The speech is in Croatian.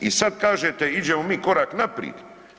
I sad kažete idemo mi korak naprijed.